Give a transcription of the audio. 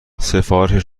سفارش